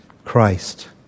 Christ